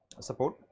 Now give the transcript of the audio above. support